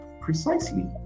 Precisely